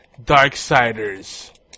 Darksiders